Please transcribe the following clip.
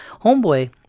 Homeboy